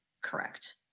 correct